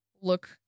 Look